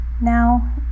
Now